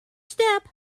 step